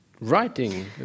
writing